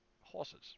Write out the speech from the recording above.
horses